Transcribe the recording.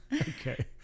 okay